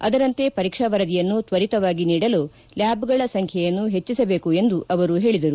ಅದರಂತೆ ಪರೀಕ್ಷೆ ವರದಿಯನ್ನು ತ್ವರಿತವಾಗಿ ನೀಡಲು ಲ್ಯಾಬ್ಗಳ ಸಂಖ್ಯೆಯನ್ನು ಹೆಚ್ಚಿಸಬೇಕು ಎಂದು ಹೇಳಿದರು